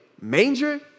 manger